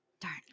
darn